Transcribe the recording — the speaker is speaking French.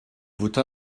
votre